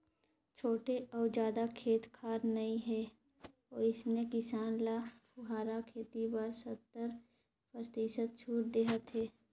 छोटे अउ जादा खेत खार नइ हे वइसने किसान ल फुहारा खेती बर सत्तर परतिसत छूट देहत हे